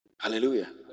Hallelujah